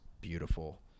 beautiful